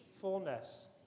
fullness